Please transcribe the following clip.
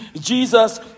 Jesus